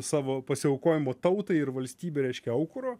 savo pasiaukojimo tautai ir valstybei reiškia aukuro